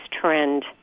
trend